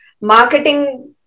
marketing